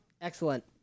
excellent